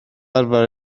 arfer